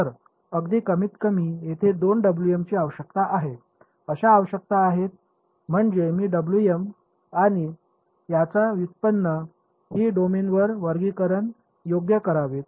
तर अगदी कमीतकमी येथे दोन ची आवश्यकता आहेत अशा आवश्यकता आहेत म्हणजे मी आणि त्याचा व्युत्पन्न ही डोमेनवर वर्गीकरण योग्य असावी